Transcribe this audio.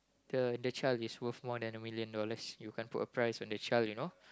the the child is worth more than a million dollars you can't put a price on the child you know